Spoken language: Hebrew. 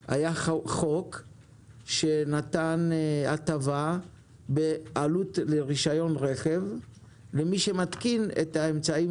כאשר היה חוק שנתן הטבה בעלות לרישיון רכב למי שמתקין את האמצעים